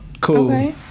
Cool